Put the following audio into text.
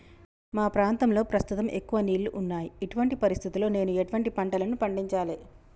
మా ప్రాంతంలో ప్రస్తుతం ఎక్కువ నీళ్లు ఉన్నాయి, ఇటువంటి పరిస్థితిలో నేను ఎటువంటి పంటలను పండించాలే?